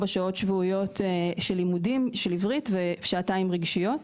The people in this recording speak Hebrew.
שעות שבועיות של עברית ושעתיים רגשיות,